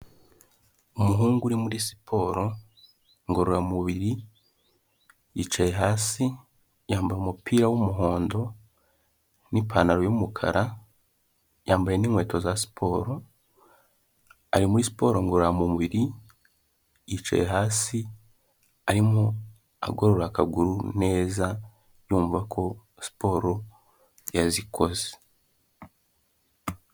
Umuhungu uri muri siporo ngororamubiri yicaye hasi yambaye umupira w'umuhondo n'ipantaro y'umukara yambaye n'inkweto za siporo, ari muri siporo ngororamubiri yicaye hasi arimo agorora akaguru neza yumva ko siporo yazikoze.